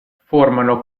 formano